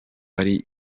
ari